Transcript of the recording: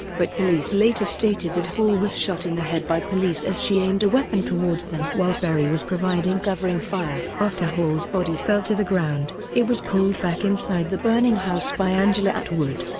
but police later stated that hall was shot in the head by police as she aimed a weapon towards them while perry was providing covering fire. after hall's body fell to the ground, it was pulled back inside the burning house by angela atwood.